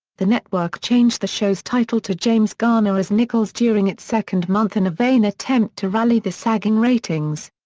the network changed the show's title to james garner as nichols during its second month in a vain attempt to rally the sagging ratings.